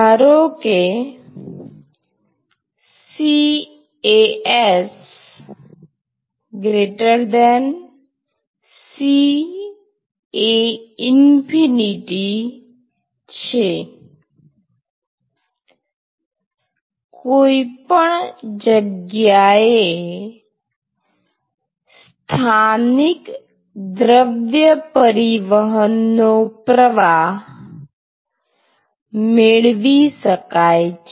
ધારો કે CAs CA∞ છે કોઈ પણ જગ્યાએ સ્થાનિક દ્રવ્ય પરિવહન નો પ્રવાહ N ʹ મેળવી શકાય છે